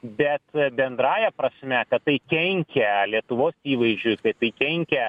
bet bendrąja prasme kad tai kenkia lietuvos įvaizdžiui kad tai kenkia